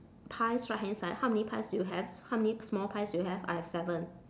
pies right hand side how many pies do you have how many small pies do you have I have seven